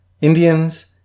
Indians